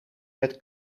met